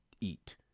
eat